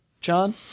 John